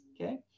okay